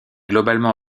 globalement